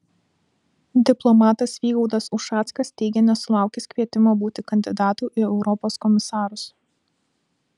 diplomatas vygaudas ušackas teigia nesulaukęs kvietimo būti kandidatu į europos komisarus